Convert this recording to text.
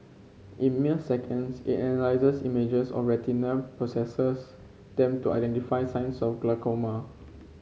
in mere seconds it analyses images of retina processes them to identify signs of glaucoma